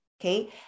Okay